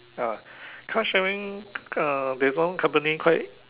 ya car sharing uh there is one company quite